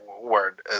word